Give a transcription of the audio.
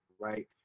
right